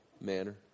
manner